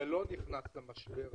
לא נכנס כאן המשבר הפוליטי,